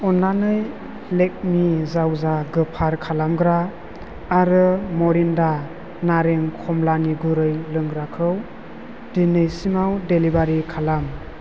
अन्नानै लेकमि जावजा गोफार खालामग्रा आरो मरिन्दा नारें खम्लानि गुरै लोंग्राखौ दिनैसिमाव डेलिबारि खालाम